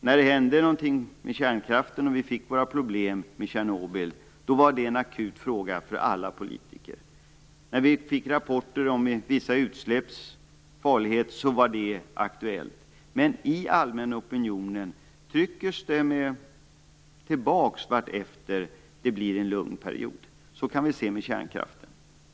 När det hände något med kärnkraften, när vi fick problem efter Tjernobylolyckan, var det en akut fråga för alla politiker. När vi fick rapporter om farligheten av vissa utsläpp var det aktuellt. Men i den allmänna opinionen trycks detta tillbaka vartefter, när det kommer en lugn period. Det kan vi se när det gäller kärnkraften.